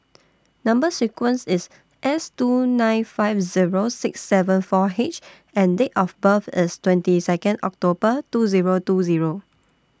Number sequence IS S two nine five Zero six seven four H and Date of birth IS twenty Second October two Zero two Zero